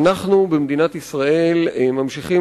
אני אומר בצער שבמדינת ישראל אנחנו ממשיכים